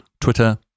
Twitter